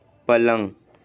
पलंग